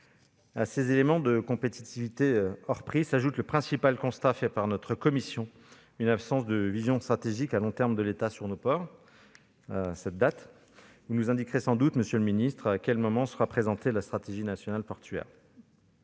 À ces éléments de compétitivité hors prix s'ajoute le principal constat de notre commission, à savoir une absence de vision stratégique à long terme de l'État sur nos ports, à cette date. Vous nous indiquerez sans doute, monsieur le ministre, à quel moment sera présentée la stratégie nationale portuaire.